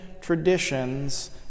traditions